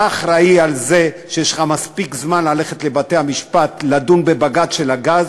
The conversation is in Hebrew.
אתה אחראי לזה שיש לך מספיק זמן ללכת לבתי-המשפט לדון בבג"ץ של הגז,